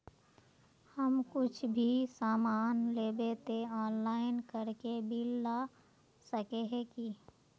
हम कुछ भी सामान लेबे ते ऑनलाइन करके बिल ला सके है की?